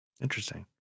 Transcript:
Interesting